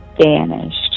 vanished